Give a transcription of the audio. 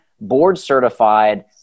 board-certified